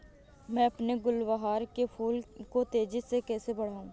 मैं अपने गुलवहार के फूल को तेजी से कैसे बढाऊं?